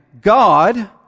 God